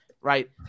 right